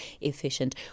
efficient